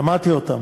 שמעתי אותן.